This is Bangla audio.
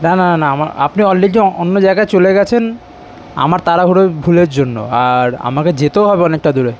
না না না না আমার আপনি অলরেডি অন্য জায়গায় চলে গিয়েছেন আমার তাড়াহুড়োয় ভুলের জন্য আর আমাকে যেতেও হবে অনেকটা দূরে